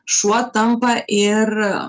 šuo tampa ir